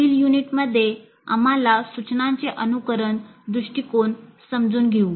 पुढील युनिटमध्ये आम्हाला सूचनांचे अनुकरण दृष्टिकोन समजून घेऊ